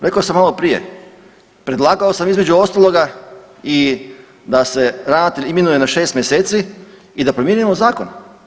Rekao sam maloprije, predlagao sam između ostaloga i da se ravnatelj imenuje na 6 mj. i da promijenimo zakon.